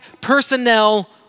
personnel